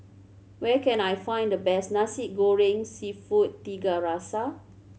where can I find the best Nasi Goreng Seafood Tiga Rasa